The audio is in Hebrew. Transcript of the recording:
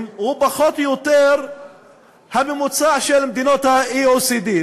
הוא פחות או יותר הממוצע של מדינות ה-OECD.